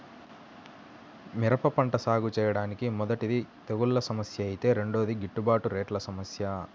మిరప పంట సాగుచేయడానికి మొదటిది తెగుల్ల సమస్య ఐతే రెండోది గిట్టుబాటు రేట్ల సమస్య